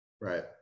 Right